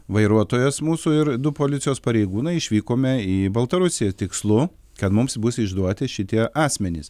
vairuotojas mūsų ir du policijos pareigūnai išvykome į baltarusiją tikslu kad mums bus išduoti šitie asmenys